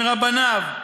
מרבניו,